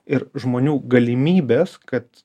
ir žmonių galimybes kad